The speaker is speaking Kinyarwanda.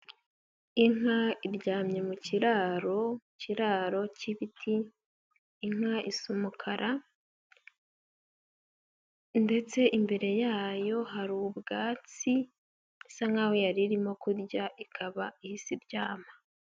Inka iryamye mu kiraro k'ibiti, inka isa umukara, ndetse imbere yayo hari ubwatsi isa nk'aho yari irimo kurya ikaba ihise iryama.